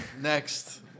next